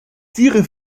tiere